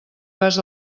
vas